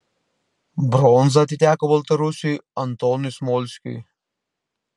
bronza atiteko baltarusiui antonui smolskiui